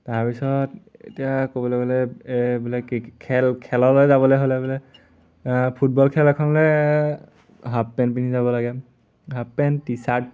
তাৰপিছত এতিয়া ক'বলৈ গ'লে বোলে ক্ৰিকে খেল খেললে যাবলে হ'লে বোলে ফুটবল খেল এখনলে হাফ পেণ্ট পিন্ধি যাব লাগে হাফ পেণ্ট টি চাৰ্ট